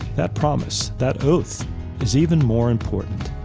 that promise, that oath is even more important.